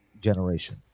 generation